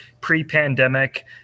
pre-pandemic